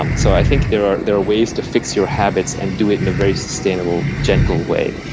um so i think there are there are ways to fix your habits and do it in a very sustainable, gentle way.